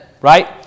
Right